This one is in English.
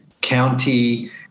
County